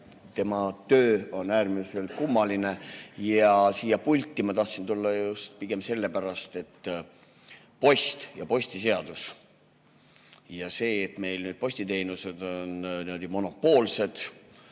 töö on äärmiselt kummaline ja siia pulti ma tahtsin tulla pigem sellepärast, et [ütelda] posti ja postiseaduse kohta: see, et meil nüüd postiteenused on monopoolsed,